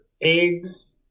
eggs